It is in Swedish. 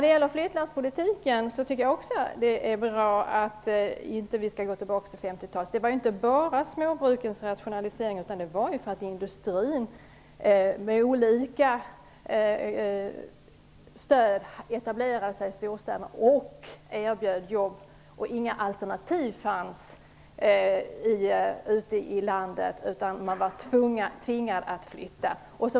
Det är bra att Anders Sundström säger att han inte vill ha tillbaka 50-talets flyttlasspolitik. Men det var inte bara småbrukens rationalisering som låg bakom den politiken, utan det var ju att industrin, med olika stöd, etablerade sig i storstäderna och erbjöd jobb, samtidigt som inga alternativ fanns ute i landet, utan människor var tvingade att flytta.